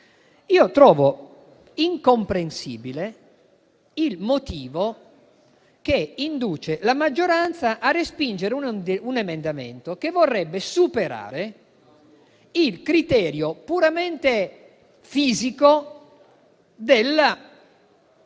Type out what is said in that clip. trovo incomprensibile il motivo che induce la maggioranza a respingere un emendamento che vorrebbe superare il criterio puramente fisico del